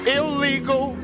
illegal